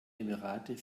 emirate